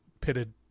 pitted